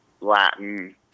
Latin